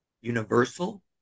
universal